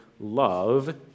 love